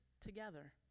together